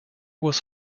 was